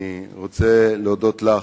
אני רוצה להודות לך,